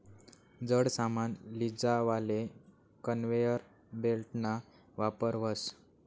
जड सामान लीजावाले कन्वेयर बेल्टना वापर व्हस